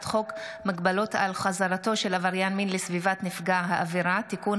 חוק מגבלות על חזרתו של עבריין מין לסביבת נפגע העבירה (תיקון,